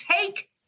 take